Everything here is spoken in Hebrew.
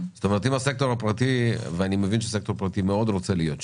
אני מבין שהסקטור הפרטי רוצה מאוד להיות שם,